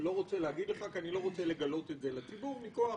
רוצה להגיד לך כי אני לא רוצה לגלות את זה לציבור מכוח